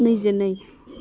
नैजिनै